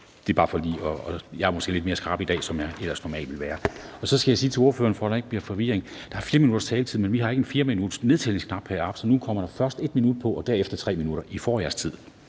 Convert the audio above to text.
Det er bare for lige at sige, at jeg måske er lidt mere skrap i dag, end jeg ellers normalt ville være. Så skal jeg sige til ordføreren, for at der ikke bliver forvirring: Der er 4 minutters taletid, men vi har ikke en 4-minuttersnedtællingsknap heroppe, så nu kommer der først 1 minut på og derefter 3 minutter. I får jeres tid.